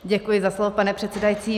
Děkuji za slovo, pane předsedající.